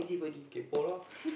keep polo